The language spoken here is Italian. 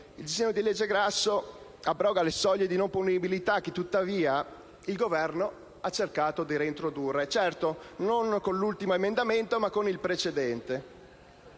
il disegno di legge Grasso abroga le soglie di non punibilità che, tuttavia, il Governo ha cercato di reintrodurre non con l'ultimo emendamento, ma con il precedente.